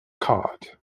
cod